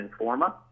Informa